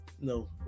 no